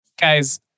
Guys